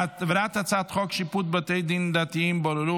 העברת הצעת חוק שיפוט בתי דין דתיים (בוררות),